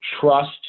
trust